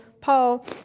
Paul